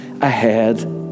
ahead